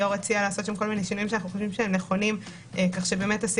היו"ר הציע לעשות שם כל מיני שינויים שאנחנו חושבים שהם נכונים כך שהסעיף